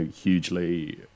hugely